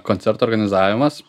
koncertų organizavimas